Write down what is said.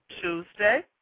Tuesday